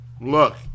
look